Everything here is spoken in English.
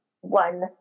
one